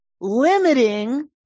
Limiting